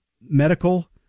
medical